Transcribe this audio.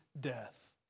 death